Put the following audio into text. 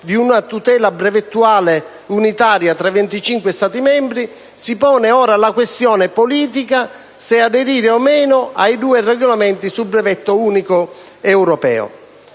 di una tutela brevettuale unitaria tra 25 Stati membri, si pone ora la questione politica se aderire o meno ai due regolamenti sul brevetto unico europeo.